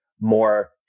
more